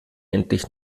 endlich